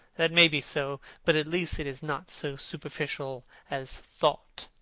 that may be so, but at least it is not so superficial as thought